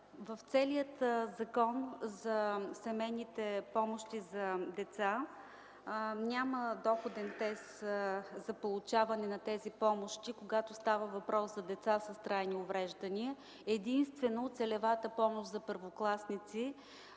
В целия Закон за семейните помощи за деца няма доходен тест за получаване на тези помощи, когато става въпрос за деца с трайни увреждания. Единствено целевата помощ за първокласници